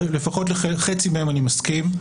לפחות עם חצי מהם אני מסכים,